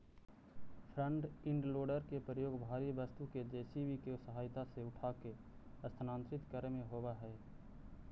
front end loader के प्रयोग भारी वस्तु के जे.सी.बी के सहायता से उठाके स्थानांतरित करे में होवऽ हई